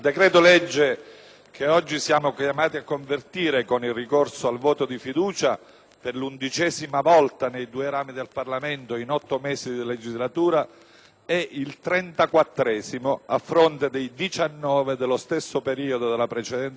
che oggi siamo chiamati a convertire con il ricorso al voto di fiducia, per l'undicesima volta nei due rami del Parlamento in otto mesi di legislatura, è il trentaquattresimo, a fronte dei 19 dello stesso periodo della precedente legislatura,